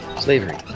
Slavery